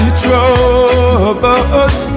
troubles